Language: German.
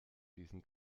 diesen